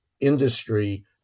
industry